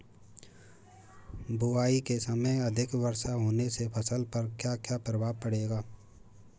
बुआई के समय अधिक वर्षा होने से फसल पर क्या क्या प्रभाव पड़ेगा?